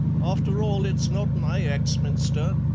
after all, it's not my axminster,